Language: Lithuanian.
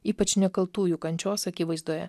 ypač nekaltųjų kančios akivaizdoje